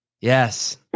Yes